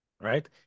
right